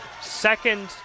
second